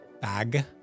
bag